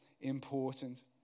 important